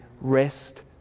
rest